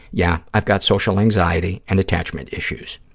yeah, i've got social anxiety and attachment issues.